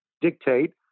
dictate